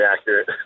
accurate